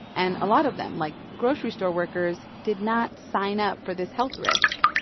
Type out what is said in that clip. and a lot of them, like grocery store workers, did not sign up for this health risk.